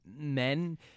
men